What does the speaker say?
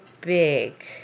big